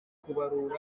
kubarura